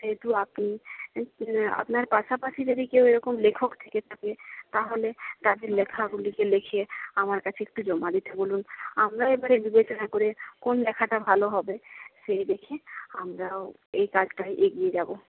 সেহেতু আপনি আপনার পাশাপাশি যদি কেউ এইরকম লেখক থেকে থাকে তাহলে তাদের লেখাগুলিকে লিখিয়ে আমার কাছে একটু জমা দিতে বলুন আমরাও এবারে বিবেচনা করে কোন লেখাটা ভালো হবে সেই দেখে আমরাও এই কাজটা এগিয়ে যাব